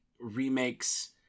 remakes